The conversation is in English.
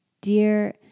dear